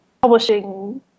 publishing